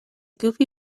goofy